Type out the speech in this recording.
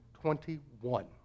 twenty-one